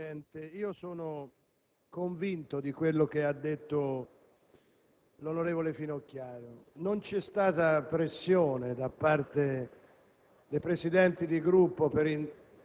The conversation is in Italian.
Onorevole Presidente, sono convinto di quanto ha detto la senatrice Finocchiaro. Non c'è stata pressione da parte